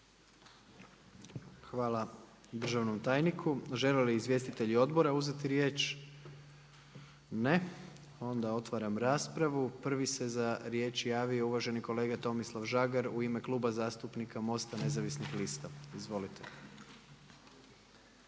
Hvala državnom tajniku. Žele li izvjestitelji odbora uzeti riječ? Ne. Onda otvaram raspravu, prvi se za riječ javio uvaženi kolega Tomislav Žagar u ime Kluba zastupnika MOST-a nezavisnih lista. Izvolite.